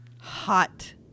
hot